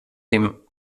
dem